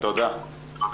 תודה.